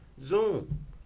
Zoom